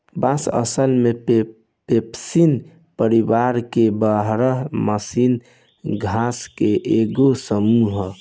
बांस असल में पोएसी परिवार के बारह मासी घास के एगो समूह ह